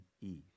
Eve